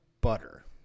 butter